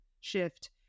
shift